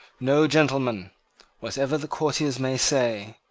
no, gentlemen whatever the courtiers may say,